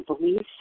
beliefs